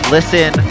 Listen